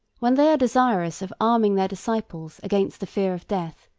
when they are desirous of arming their disciples against the fear of death,